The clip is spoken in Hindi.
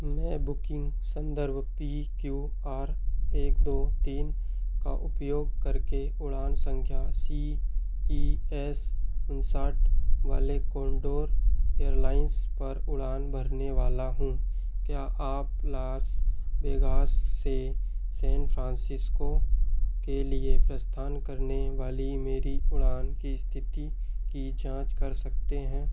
मैं बुकिंग संदर्भ पी क्यू आर एक दो तीन का उपयोग करके उड़ान संख्या सी ई एस उनसठ वाले कोंडोर एयरलाइन्स पर उड़ान भरने वाला हूँ क्या आप लास वेगास से सेन फ्रांसिस्को के लिए प्रस्थान करने वाली मेरी उड़ान की स्थिति की जाँच कर सकते हैं